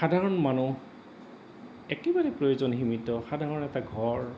সাধাৰণ মানুহ একেবাৰেই প্ৰয়োজনীয় সীমিত সাধাৰণ এটা ঘৰ